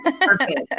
perfect